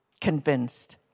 convinced